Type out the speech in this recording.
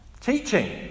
Teaching